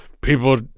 people